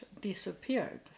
disappeared